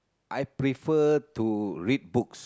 I prefer to read books